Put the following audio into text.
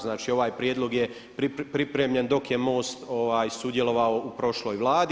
Znači ovaj prijedlog je pripremljen dok je MOST sudjelovao u prošloj Vladi.